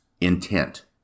intent